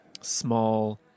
small